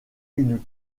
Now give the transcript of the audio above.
une